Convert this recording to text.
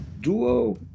Duo